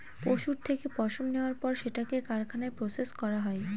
পশুর থেকে পশম নেওয়ার পর সেটাকে কারখানায় প্রসেস করা হয়